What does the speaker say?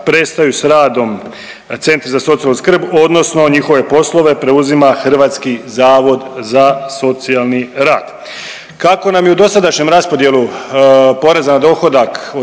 prestaju s radom Centri za socijalnu skrbi odnosno njihove poslove preuzima Hrvatski zavod za socijalni rad. Kako nam je u dosadašnjem raspodjelu poreza na dohodak